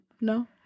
no